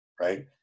right